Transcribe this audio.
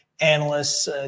analysts